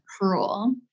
cruel